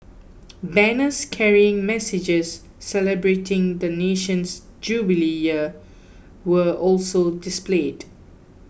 banners carrying messages celebrating the nation's jubilee year were also displayed